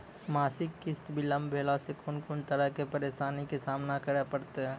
मासिक किस्त बिलम्ब भेलासॅ कून कून तरहक परेशानीक सामना करे परतै?